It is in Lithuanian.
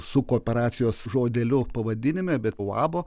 su kooperacijos žodeliu pavadinime bet uabo